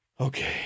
Okay